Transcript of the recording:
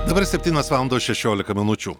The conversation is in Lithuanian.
dabar septynios valandos šešiolika minučių